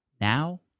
now